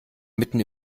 mitten